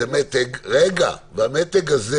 זה מתג והמתג הזה